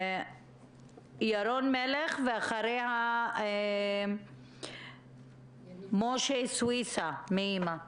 ירון מלך; ואחריו משה סויסה מארגון א.מ.א.